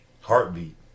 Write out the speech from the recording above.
Heartbeat